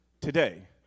today